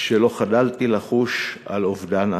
שלא חדלתי לחוש על אובדן אחי.